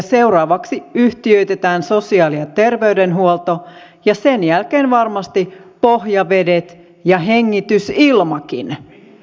seuraavaksi yhtiöitetään sosiaali ja terveydenhuolto ja sen jälkeen varmasti pohjavedet ja hengitysilmakin